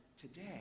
today